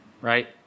Right